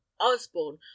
osborne